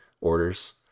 orders